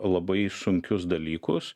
labai sunkius dalykus